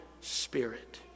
spirit